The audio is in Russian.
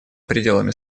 пределами